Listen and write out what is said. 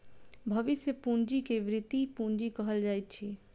भविष्य पूंजी के वृति पूंजी कहल जाइत अछि